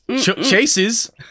chases